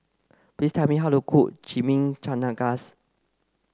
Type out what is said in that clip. please tell me how to cook Chimichangas